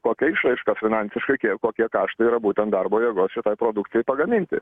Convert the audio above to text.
kokia išraiška finansiškai kiek kokie kaštai yra būtent darbo jėgos šitai produkcijai pagaminti